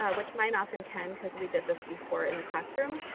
ah which mine often can because we did this before in the classroom.